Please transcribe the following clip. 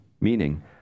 meaning